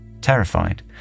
Terrified